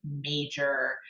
major